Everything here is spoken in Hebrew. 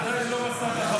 עדיין לא מצא את החמור.